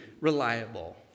reliable